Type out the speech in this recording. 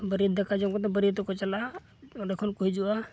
ᱵᱟᱹᱨᱭᱟᱹᱛ ᱫᱟᱠᱟ ᱡᱚᱢ ᱠᱟᱛᱮᱫ ᱵᱟᱹᱨᱭᱟᱹᱛᱚᱜ ᱠᱚ ᱪᱟᱞᱟᱜᱼᱟ ᱚᱸᱰᱮ ᱠᱷᱚᱱᱠᱚ ᱦᱤᱡᱩᱜᱼᱟ